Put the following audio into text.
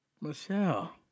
Michelle